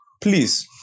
Please